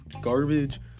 garbage